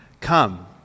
Come